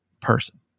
person